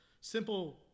simple